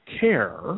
care